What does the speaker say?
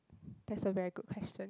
that's a very good question